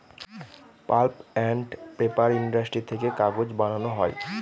pulp and paper industry থেকে কাগজ বানানো হয়